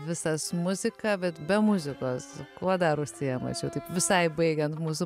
visas muzika bet be muzikos kuo dar užsiemat čia taip visai baigiant mūsų